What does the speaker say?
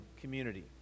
community